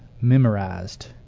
memorized